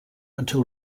until